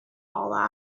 all